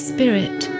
Spirit